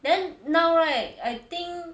then now right I think